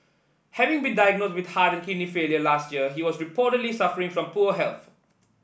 having been diagnosed with heart and kidney failure last year he was reportedly suffering from poor health